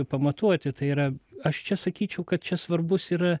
pamatuoti tai yra aš čia sakyčiau kad čia svarbus yra